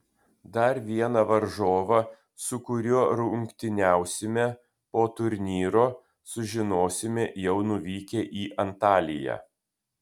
dar vieną varžovą su kuriuo rungtyniausime po turnyro sužinosime jau nuvykę į antaliją